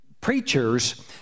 preachers